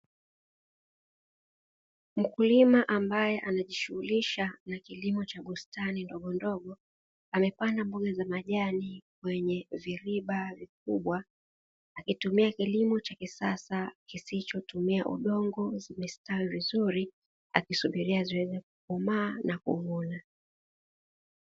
Mkulima ambae anajishughulisha na kilimo cha bustani ndogondogo, amepanda mboga za majani kwenye viriba vikubwa, akitumia kilimo cha kisasa kisicho tumia udongo zimestawi vizuri akisubiria ziweze kukomaa na kuvunwa.